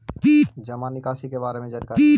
जामा निकासी के बारे में जानकारी?